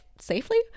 safely